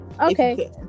Okay